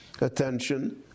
attention